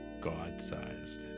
god-sized